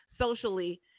socially